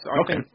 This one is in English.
Okay